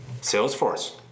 Salesforce